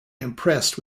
impressed